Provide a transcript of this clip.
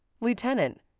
Lieutenant